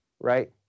right